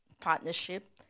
partnership